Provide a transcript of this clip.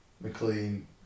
mclean